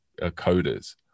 coders